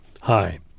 Hi